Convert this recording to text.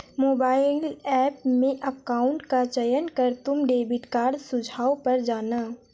mobile app में account का चयन कर तुम डेबिट कार्ड सुझाव पर जाना